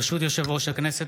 ברשות יושב-ראש הכנסת,